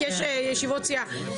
כי יש ישיבות סיעה.